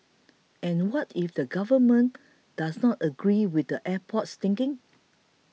and what if the Government does not agree with the airport's thinking